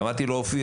אמרתי לו אופיר,